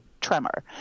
tremor